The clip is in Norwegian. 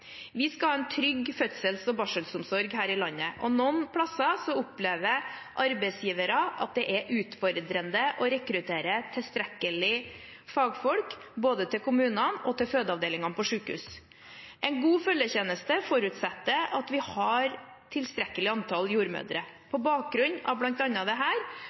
Vi skal ha en trygg fødsels- og barselomsorg i hele landet. Noen steder opplever arbeidsgivere at det er utfordrende å rekruttere tilstrekkelig fagfolk, både til kommunene og til fødeavdelingene på sykehus. En god følgetjeneste forutsetter at vi har tilstrekkelig antall jordmødre. På bakgrunn av